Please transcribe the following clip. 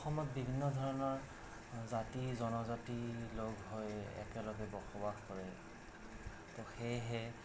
অসমত বিভিন্ন ধৰণৰ জাতি জনজাতি লগ হৈ একেলগে বসবাস কৰে ত' সেয়েহে